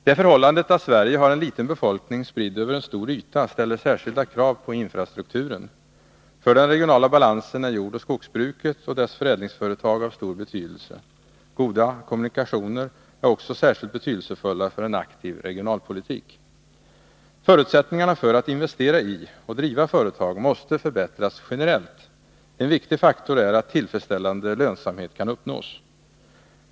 Det förhållandet att Sverige har en liten befolkning spridd över en stor yta ställer särskilda krav på infrastrukturen. För den regionala balansen är jordoch skogsbruket och dess förädlingsföretag av stor betydelse. Goda kommunikationer är också särskilt betydelsefulla för en aktiv regionalpolitik. Förutsättningarna för att investera i och driva företag måste förbättras generellt. En viktig faktor är att tillfredsställande lönsamhet kan uppnås.